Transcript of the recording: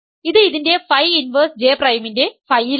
ഇത് ഇതിന്റെ phi inverse J പ്രൈമിൻറെ Φ യിലാണ്